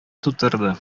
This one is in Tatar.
тутырды